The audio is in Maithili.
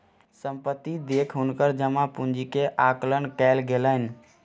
संपत्ति देख हुनकर जमा पूंजी के आकलन कयल गेलैन